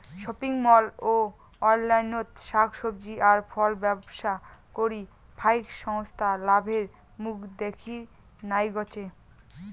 shopping mall ও অনলাইনত শাক সবজি আর ফলব্যবসা করি ফাইক সংস্থা লাভের মুখ দ্যাখির নাইগচে